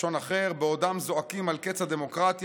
לשון אחר: בעודם זועקים על קץ הדמוקרטיה,